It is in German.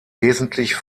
wesentlich